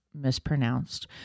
mispronounced